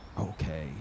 Okay